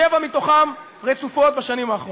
שבע מתוכן רצופות, בשנים האחרונות.